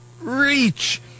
reach